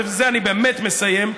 ובזה אני באמת מסיים.